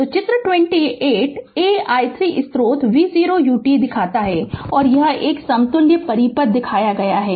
तो चित्र 28 a i 3 स्रोत v0 u t दिखाता है और यह समतुल्य परिपथ दिखाया गया है